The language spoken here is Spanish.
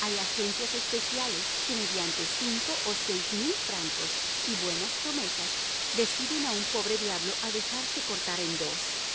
hay agencias especiales que mediante cinco o seis mil francos y buenas promesas deciden a un pobre diablo a dejarse cortar en dos